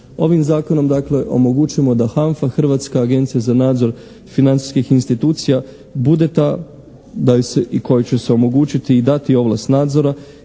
Ovim Zakonom dakle omogućujemo da HANFA, Hrvatska agencija za nadzor financijskih institucija bude ta da joj se i kojoj će se omogućiti i dati ovlast nadzora